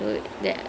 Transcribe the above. mm